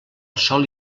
sol